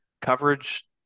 coverage